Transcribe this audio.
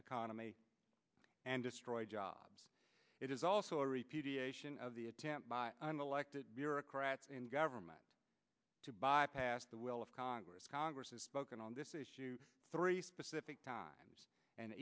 economy and destroy jobs it is also a repeat of the attempt by elected bureaucrats and government to bypass the will of congress congress has spoken on this issue three specific times and